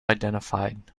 identified